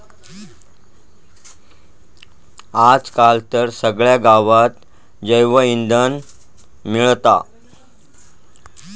आज काल तर सगळ्या गावात जैवइंधन मिळता